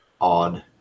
odd